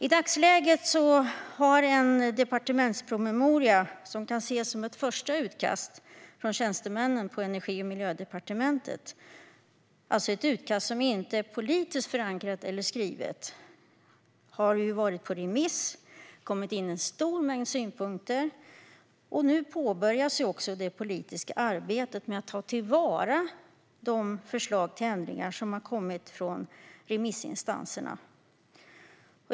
I dagsläget har en departementspromemoria som kan ses som ett första utkast från tjänstemännen på Miljö och energidepartementet - alltså ett utkast som inte är politiskt förankrat eller skrivet - varit ute på remiss. Det har kommit in en stor mängd synpunkter, och nu påbörjas det politiska arbetet med att ta till vara de förslag till ändringar som har kommit från remissinstanserna.